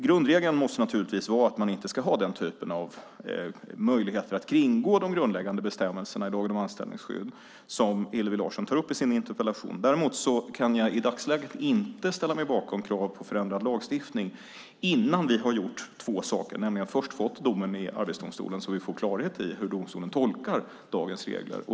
Grundregeln måste naturligtvis vara att man inte ska ha den typen av möjligheter att kringgå de grundläggande bestämmelserna i lagen om anställningsskydd som Hillevi Larsson tar upp i sin interpellation. Däremot kan jag i dagsläget inte ställa mig bakom krav på förändrad lagstiftning innan vi har gjort två saker, nämligen först fått domen i Arbetsdomstolen så att vi får klarhet i hur domstolen tolkar dagens regler.